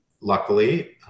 Luckily